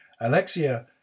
Alexia